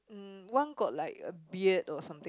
one got like a beard or something